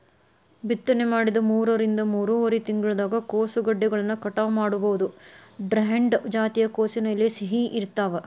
ಬಿತ್ತನೆ ಮಾಡಿದ ಮೂರರಿಂದ ಮೂರುವರರಿ ತಿಂಗಳದಾಗ ಕೋಸುಗೆಡ್ಡೆಗಳನ್ನ ಕಟಾವ ಮಾಡಬೋದು, ಡ್ರಂಹೆಡ್ ಜಾತಿಯ ಕೋಸಿನ ಎಲೆ ಸಿಹಿ ಇರ್ತಾವ